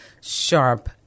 sharp